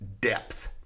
depth